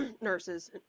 nurses